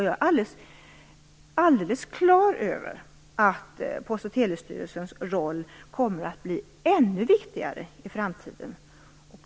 Jag är alldeles klar över att Post och telestyrelsens roll kommer att bli ännu viktigare i framtiden.